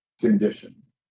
conditions